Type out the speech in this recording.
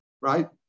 right